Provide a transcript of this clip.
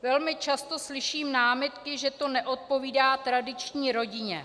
Velmi často slyším námitky, že to neodpovídá tradiční rodině.